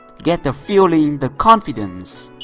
get the feeling, the confidence!